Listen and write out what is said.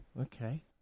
Okay